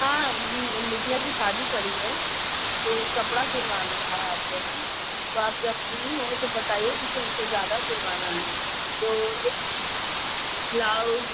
हाँ बिटिया की शादी पड़ी है तो कपड़ा सिलवाना था आपके यहाँ तो आप जब फ्री हों तो बताइए क्योंकि हमको ज़्यादा सिलवाना है तो एक ब्लाउज